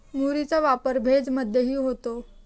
मुरीचा वापर भेज मधेही होतो